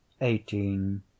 eighteen